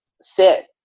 sit